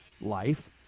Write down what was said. life